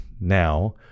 now